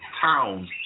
town